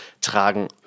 tragen